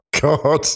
god